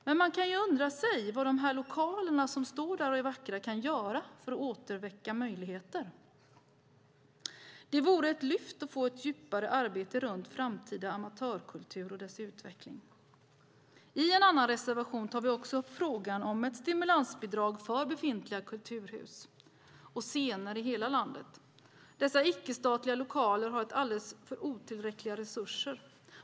Men man kan undra vad som kan göras för dessa vackra lokaler för att återväcka möjligheterna. Det vore ett lyft att få ett djupare arbete runt utvecklingen av framtida amatörkultur. I en annan reservation tar vi också upp frågan om stimulansbidrag för befintliga kulturhus och scener i hela landet. Dessa icke-statliga lokaler har alldeles för otillräckliga resurser.